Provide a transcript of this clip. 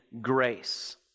grace